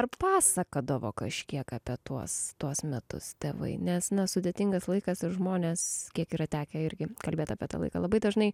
ar pasakodavo kažkiek apie tuos tuos metus tėvai nes na sudėtingas laikas žmonės kiek yra tekę irgi kalbėt apie tą laiką labai dažnai